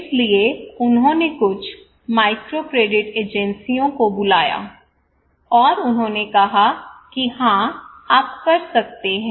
इसलिए उन्होंने कुछ माइक्रोक्रेडिट एजेंसी को बुलाया और उन्होंने कहा कि हाँ आप कर सकते हैं